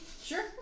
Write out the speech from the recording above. Sure